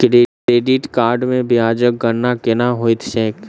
credit card मे ब्याजक गणना केना होइत छैक